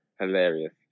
hilarious